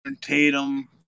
Tatum